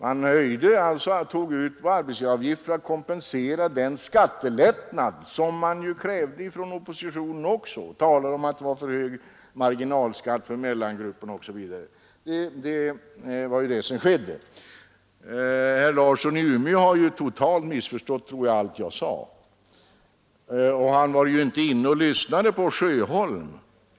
Man höjde arbetsgivaravgiften för att kompensera den skattelättnad som oppositionen krävde då den talade om för hög marginalskatt för mellangruppen osv. Herr Larsson i Umeå har totalt missförstått allt jag sade. Han var inte inne och lyssnade på herr Sjöholm.